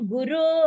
Guru